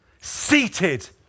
seated